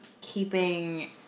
keeping